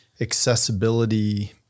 accessibility